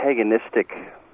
antagonistic